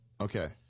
Okay